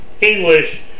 English